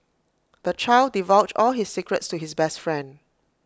the child divulged all his secrets to his best friend